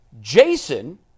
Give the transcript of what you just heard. Jason